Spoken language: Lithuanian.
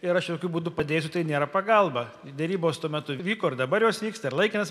ir aš jokiu būdu padėsiu tai nėra pagalba derybos tuo metu vyko ir dabar jos vyksta ir laikinas